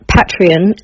Patreon